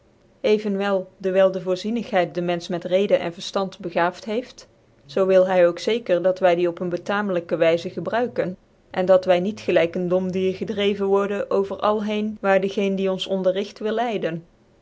evenwel dewyl dc voorzienigheid den menfeh met reden en verftand begaafd heeft zoo wil hy ook zeker dat wy die op ccn betamelijke wyze gebruiken en dat wy niet gelijk een dom dier gedreven worden over al heen waar de geen die ons onderrigt wil